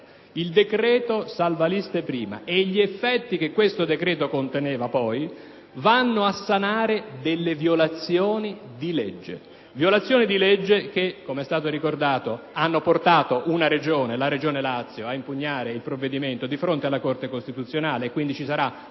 Il decreto salvaliste prima e gli effetti che questo decreto produceva poi vanno a sanare delle violazioni di legge. Si tratta di violazioni che, come è stato ricordato, hanno portato la Regione Lazio ad impugnare il provvedimento dinanzi alla Corte costituzionale. Ci sarà